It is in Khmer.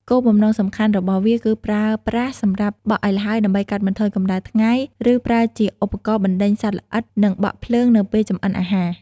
គោលបំណងសំខាន់របស់វាគឺប្រើប្រាស់សម្រាប់ បក់ឱ្យល្ហើយ ដើម្បីកាត់បន្ថយកម្ដៅថ្ងៃ ឬប្រើជាឧបករណ៍ បណ្ដេញសត្វល្អិត និង បក់ភ្លើង នៅពេលចម្អិនអាហារ។